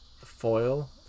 foil